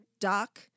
doc